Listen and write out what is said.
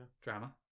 drama